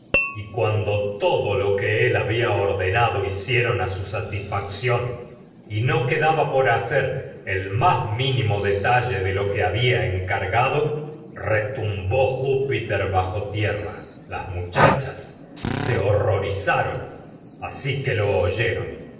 y cuando todo a su él había ordenado hicieron satisfacción y quedaba por hacer el más mínimo detalle de lo que había encargado retum bó júpiter bajo tierra que las muchachas se horrorizaron asi lo oyeron